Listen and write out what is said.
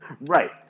Right